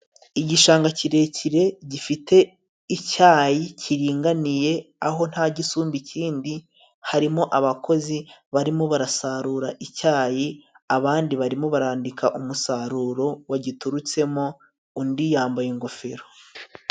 Igishanga kirekire gifite icyayi kiringaniye aho nta gisumba ikindi. harimo abakozi barimo barasarura icyayi, abandi barimo barandika umusaruro wagiturutsemo, undi yambaye ingofero.